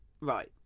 right